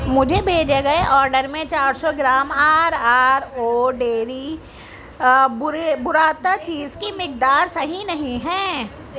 مجھے بھیجے گئے آرڈر میں چار سو gram R R O dairy برے براٹا چیز کی مقدار صحیح نہیں ہیں